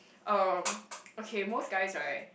uh okay most guys right